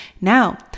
Now